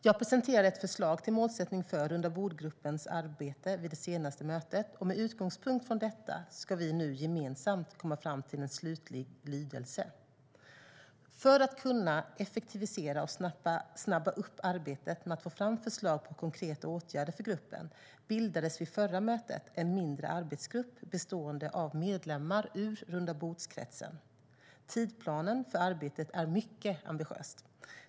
Jag presenterade ett förslag till målsättning för rundabordsgruppens arbete vid det senaste mötet, och med utgångspunkt från detta ska vi nu gemensamt komma fram till en slutlig lydelse. För att kunna effektivisera och snabba upp arbetet med att få fram förslag på konkreta åtgärder för gruppen bildades vid det förra mötet en mindre arbetsgrupp bestående av medlemmar ur rundabordskretsen. Tidsplanen för arbetet är mycket ambitiös.